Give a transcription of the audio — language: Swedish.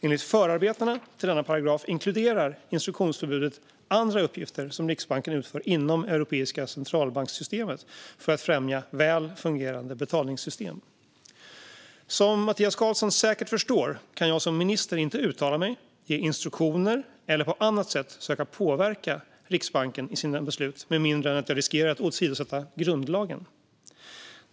Enligt förarbetena till denna paragraf inkluderar instruktionsförbudet andra uppgifter som Riksbanken utför inom Europeiska centralbankssystemet för att främja väl fungerande betalningssystem. Som Mattias Karlsson säkert förstår kan jag som minister inte uttala mig, ge instruktioner eller på annat sätt söka påverka Riksbanken i dess beslut med mindre än att jag riskerar att åsidosätta grundlagen.